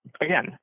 Again